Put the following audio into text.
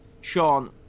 Sean